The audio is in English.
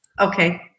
Okay